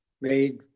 made